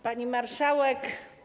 Pani Marszałek!